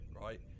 right